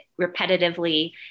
repetitively